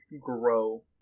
grow